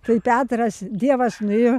tai petras dievas nuėjo